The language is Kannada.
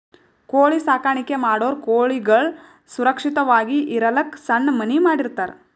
ಕೋಳಿ ಸಾಕಾಣಿಕೆ ಮಾಡೋರ್ ಕೋಳಿಗಳ್ ಸುರಕ್ಷತ್ವಾಗಿ ಇರಲಕ್ಕ್ ಸಣ್ಣ್ ಮನಿ ಮಾಡಿರ್ತರ್